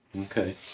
okay